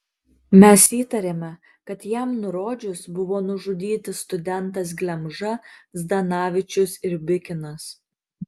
mes įtarėme kad jam nurodžius buvo nužudyti studentas glemža zdanavičius ir bikinas